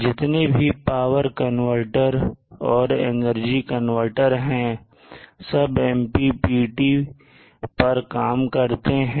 जितने भी power converter और एनर्जी कनवर्टर है सब MPPT maximum power point tracking पर काम करते हैं